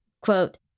quote